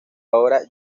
ahora